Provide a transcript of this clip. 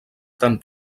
tan